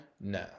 No